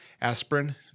aspirin